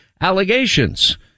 allegations